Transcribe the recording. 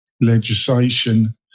legislation